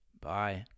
Bye